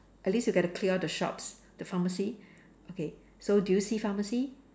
at least we get to clear the shops the pharmacy okay so do you see pharmacy